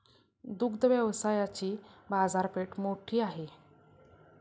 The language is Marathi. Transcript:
दुग्ध व्यवसायाची बाजारपेठ मोठी आहे